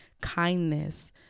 kindness